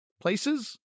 Places